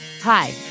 Hi